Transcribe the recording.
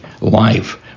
life